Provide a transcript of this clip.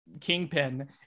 kingpin